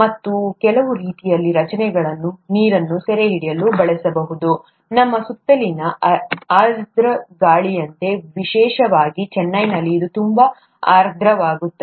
ಮತ್ತು ಕೆಲವು ರೀತಿಯ ರಚನೆಗಳನ್ನು ನೀರನ್ನು ಸೆರೆಹಿಡಿಯಲು ಬಳಸಬಹುದು ನಮ್ಮ ಸುತ್ತಲಿನ ಆರ್ದ್ರ ಗಾಳಿಯಂತೆ ವಿಶೇಷವಾಗಿ ಚೆನ್ನೈನಲ್ಲಿ ಇದು ತುಂಬಾ ಆರ್ದ್ರವಾಗಿರುತ್ತದೆ